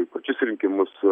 į pačius rinkimus